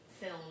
film